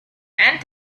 and